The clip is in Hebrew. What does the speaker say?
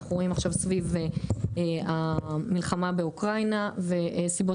אנחנו רואים עכשיו סביב המלחמה באוקראינה וסיבות